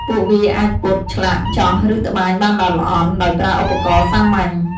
ពួកវាអាចពត់ ឆ្លាក់ ចោះ ឬត្បាញបានល្អិតល្អន់ ដោយប្រើឧបករណ៍សាមញ្ញ។